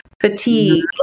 fatigue